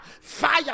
Fire